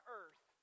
earth